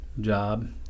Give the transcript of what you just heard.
job